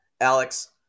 Alex